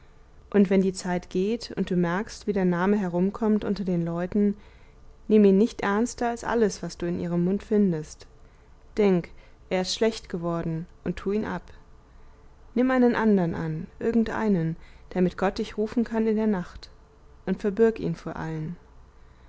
und wenn die zeit geht und du merkst wie dein name herumkommt unter den leuten nimm ihn nicht ernster als alles was du in ihrem munde findest denk er ist schlecht geworden und tu ihn ab nimm einen andern an irgendeinen damit gott dich rufen kann in der nacht und verbirg ihn vor allen